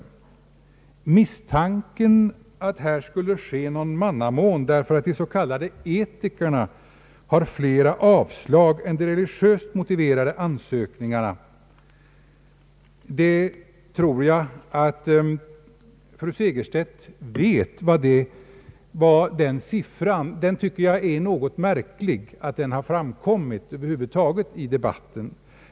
Beträffande misstanken att här skulle ske någon mannamån därför att de s.k. etikerna har flera avslag än de vilkas ansökningar är religiöst motiverade vill jag bara säga följande.